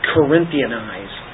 Corinthianize